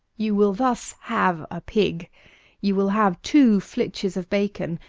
you will thus have a pig you will have two flitches of bacon,